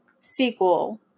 sequel